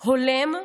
הולם,